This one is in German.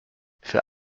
für